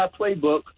playbook